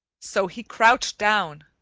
so he crouched down,